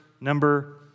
number